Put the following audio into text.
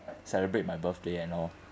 celebrate my birthday and all